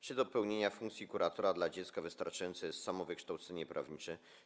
Czy do pełnienia funkcji kuratora dla dziecka wystarczające jest samo wykształcenie prawnicze?